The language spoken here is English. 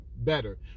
better